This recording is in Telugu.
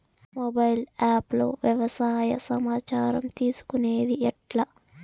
మొబైల్ ఆప్ లో వ్యవసాయ సమాచారం తీసుకొనేది ఎట్లా?